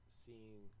seeing